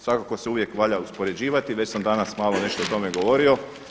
Svakako se uvijek valja uspoređivati, već sam danas malo nešto o tome govorio.